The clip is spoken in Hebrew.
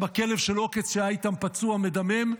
גם הכלב של עוקץ שהיה איתם פצוע מדמם,